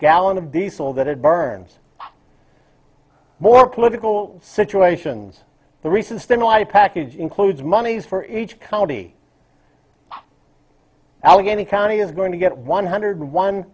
gallon of diesel that it burns more political situations the recent stimuli package includes monies for each county allegheny county is going to get one hundred